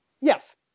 yes